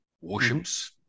warships